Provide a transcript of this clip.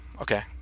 okay